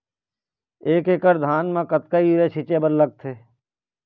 एक एकड़ धान म कतका यूरिया छींचे बर लगथे?